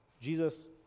Jesus